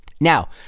Now